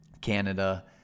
Canada